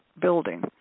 building